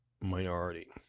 minority